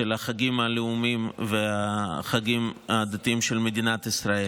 של החגים הלאומיים והחגים הדתיים של מדינת ישראל.